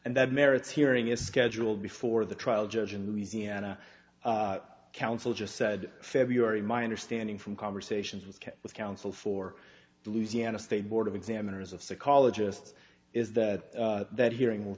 and that merits hearing is scheduled before the trial judge in louisiana counsel just said february my understanding from conversations with counsel for the louisiana state board of examiners of psychologists is that that hearing will